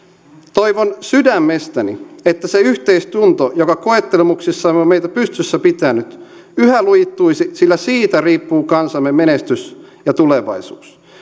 toivon sydämestäni että se yhteistunto joka koettelemuksissamme on meitä pystyssä pitänyt yhä lujittuisi sillä siitä riippuu kansamme menestys ja tulevaisuus